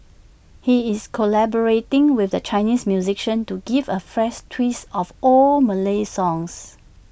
he is collaborating with A Chinese musician to give A fresh twist of old Malay songs